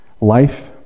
life